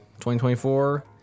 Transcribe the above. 2024